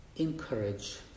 encourage